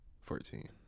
fourteen